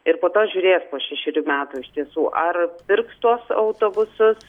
ir po to žiūrės po šešerių metų iš tiesų ar pirks tuos autobusus